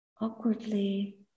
awkwardly